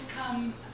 come